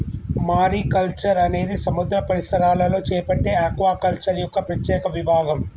mariculture అనేది సముద్ర పరిసరాలలో చేపట్టే ఆక్వాకల్చర్ యొక్క ప్రత్యేక విభాగం